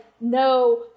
no